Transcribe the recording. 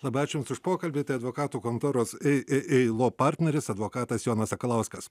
labai ačiū jums už pokalbį tai advokatų kontoros ei ei ei lo partneris advokatas jonas sakalauskas